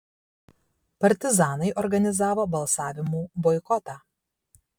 partizanai organizavo balsavimų boikotą